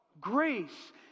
grace